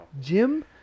Jim